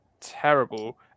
terrible